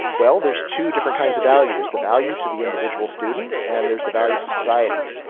well, there's two different kinds of value. there's the value to the individual student and there's the value to society.